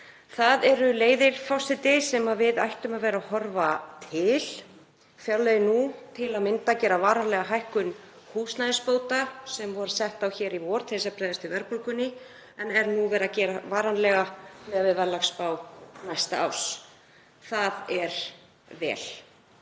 Það eru leiðir, forseti, sem við ættum að horfa til. Fjárlögin nú til að mynda gera varanlega hækkun húsnæðisbóta sem var sett á hér í vor til þess að bregðast við verðbólgunni. Nú er verið að gera hana varanlega miðað við verðlagsspá næsta árs. Það er vel.